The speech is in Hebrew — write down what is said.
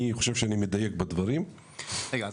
אני חושב שאני מדייק בדברים --- רגע,